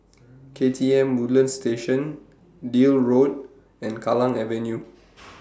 K T M Woodlands Station Deal Road and Kallang Avenue